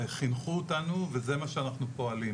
חינכו אותנו, וזה מה שאנחנו פועלים,